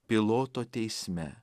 piloto teisme